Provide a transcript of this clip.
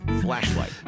Flashlight